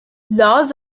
laws